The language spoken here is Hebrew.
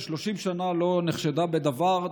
ש-30 שנה לא נחשדה בדבר,